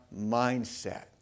mindset